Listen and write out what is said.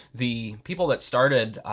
the people that started